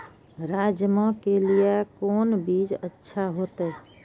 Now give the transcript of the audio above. राजमा के लिए कोन बीज अच्छा होते?